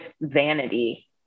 vanity